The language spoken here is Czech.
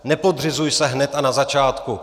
Nepodřizuj se hned a na začátku.